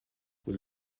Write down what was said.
will